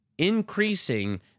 increasing